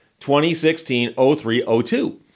2016-03-02